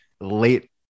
late